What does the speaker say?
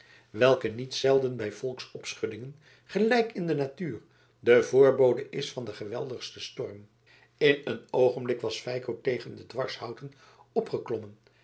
welke niet zelden bij volksopschuddingen gelijk in de natuur de voorbode is van den geweldigsten storm in een oogenblik was feiko tegen de dwarshouten opgeklommen